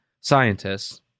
scientists